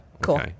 Cool